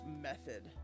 method